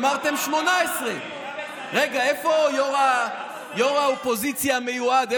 אמרתם 18, רגע, איפה ראש האופוזיציה המיועד?